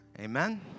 Amen